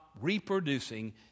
reproducing